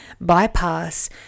bypass